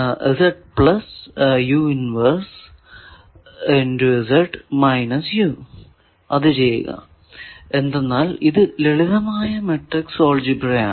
അത് ചെയ്യുക എന്തന്നാൽ ഇത് ലളിതമായ മാട്രിക്സ് അൽജിബ്ര ആണ്